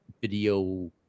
video